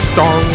Star